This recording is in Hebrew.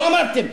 לא אמרתם,